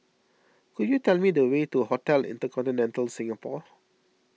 could you tell me the way to Hotel Intercontinental Singapore